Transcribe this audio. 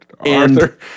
Arthur